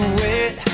wait